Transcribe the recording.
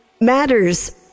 matters